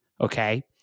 okay